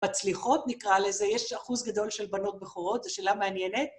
בצליחות נקרא לזה, יש אחוז גדול של בנות בכורות, זו שאלה מעניינת.